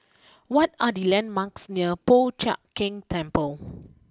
what are the landmarks near Po Chiak Keng Temple